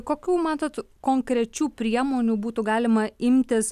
kokių matot konkrečių priemonių būtų galima imtis